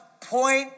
point